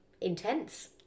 intense